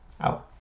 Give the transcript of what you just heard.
out